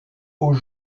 aux